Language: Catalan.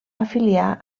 afiliar